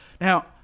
now